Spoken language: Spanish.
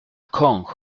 kong